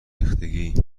ریختگی